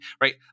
Right